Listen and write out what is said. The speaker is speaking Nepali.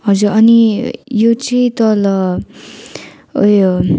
हजुर अनि यो चाहिँ तल उयो